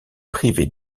privées